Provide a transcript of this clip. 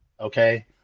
Okay